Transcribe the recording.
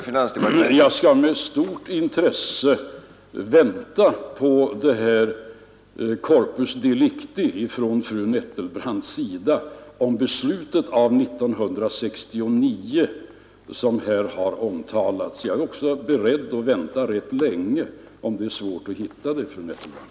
Herr talman! Jag skall med stort intresse vänta på denna corpus delicti från fru Nettelbrandts sida angående beslutet av 1969 som här har omtalats. Jag är också beredd att vänta rätt länge, om det är svårt att hitta det, fru Nettelbrandt.